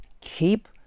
keep